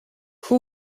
who